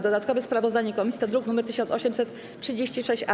Dodatkowe sprawozdanie komisji to druk nr 1836-A.